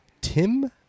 Tim